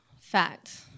Fact